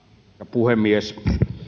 puhemies